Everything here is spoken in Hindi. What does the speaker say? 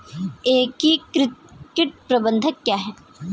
एकीकृत कीट प्रबंधन क्या है?